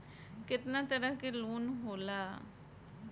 केतना तरह के लोन होला?